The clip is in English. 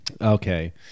Okay